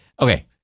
Okay